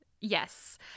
yes